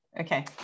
Okay